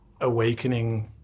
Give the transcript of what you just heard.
awakening